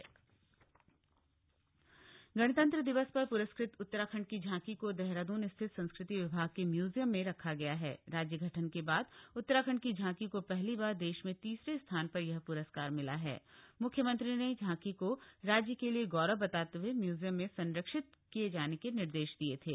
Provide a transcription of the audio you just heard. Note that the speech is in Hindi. उत्तराखंड झांकी गणतंत्र दिवस पर प्रस्कृत उत्तराखण्ड की झांकी को देहरादून स्थित संस्कृति विभाग के म्यूजियम में रखा गया हण राज्य गठन के बाद उत्तराखण्ड की झांकी को पहली बार देश मे तीसरे स्थान पर यह प्रस्कार मिला हा म्ख्यमंत्री ने झांकी को राज्य के लिए गौरव बताते हए म्यूजियम में संरक्षित किए जाने के निर्देश दिए थे